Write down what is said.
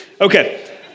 Okay